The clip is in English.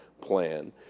plan